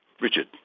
Richard